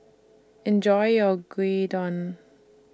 Enjoy your Gyudon